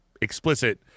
explicit